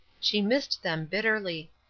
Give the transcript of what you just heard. she missed them bitterly.